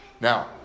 Now